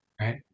right